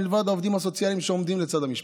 מלבד העובדים הסוציאליים שעומדים לצד המשפחה.